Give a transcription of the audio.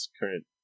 current